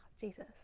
Jesus